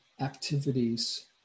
activities